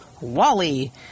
Wally